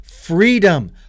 freedom